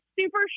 super